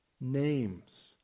names